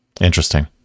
Interesting